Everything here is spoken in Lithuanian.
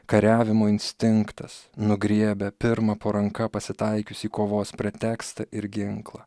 kariavimo instinktas nugriebia pirmą po ranka pasitaikiusį kovos pretekstą ir ginklą